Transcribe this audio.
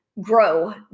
grow